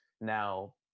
now